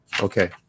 okay